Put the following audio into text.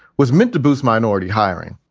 was meant to boost minority hiring.